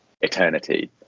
eternity